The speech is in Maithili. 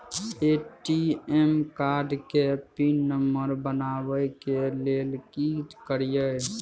ए.टी.एम कार्ड के पिन नंबर बनाबै के लेल की करिए?